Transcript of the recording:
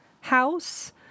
house